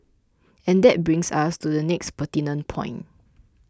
and that brings us to the next pertinent point